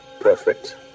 Perfect